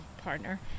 partner